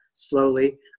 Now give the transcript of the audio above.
slowly